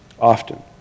often